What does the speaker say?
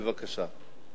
בבקשה.